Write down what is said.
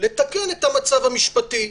לתקן את המצב המשפטי,